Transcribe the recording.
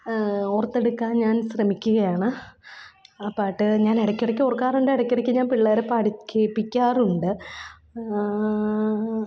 ഓർത്തെടുക്കാൻ ഞാൻ ശ്രമിക്കുകയാണ് ആ പാട്ട് ഞാനിടയ്ക്കിടയ്ക്ക് ഓർക്കാറുണ്ട് ഇടയ്ക്കിടക്ക് ഞാൻ പിള്ളേരെ പാടി കേൾപ്പിക്കാറുണ്ട്